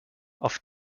auf